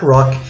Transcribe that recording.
Rock